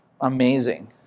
amazing